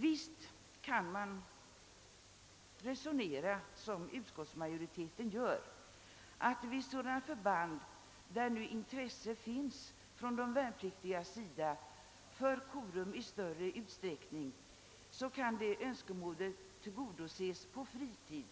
Visst kan man resonera som utskottsmajoriteten gör att vid sådana förband där intresse för korum finns från de värnpliktigas sida kan det önskemålet i större utsträckning tillgodoses på fritid